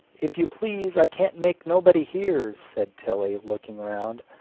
if you please i can't make nobody hear, said tilly, looking round.